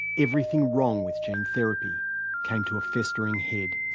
everything wrong with gene therapy came to a festering head.